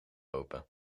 open